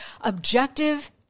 objective